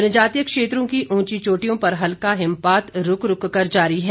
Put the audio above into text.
जनजातीय क्षेत्रों की ऊंची चोटियों पर हल्का हिमपात रूक रूक कर जारी है